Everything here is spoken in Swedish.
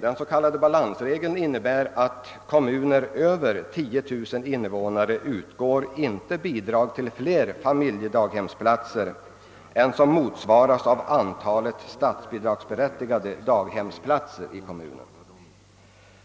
Den s.k. balansregeln innebär att det till kommuner med över 10 000 invånare inte utgår bidrag till fler familjedaghemsplatser än som motsvaras av antalet statsbidragsberättigade daghemsplatser i kommunen.